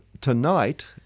tonight